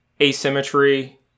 asymmetry